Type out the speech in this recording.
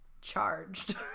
charged